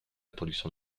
production